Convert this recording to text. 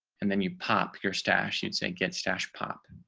and then you pop your stash you'd say get stash pop